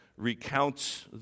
recounts